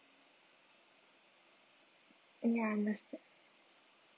ya understand